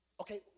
Okay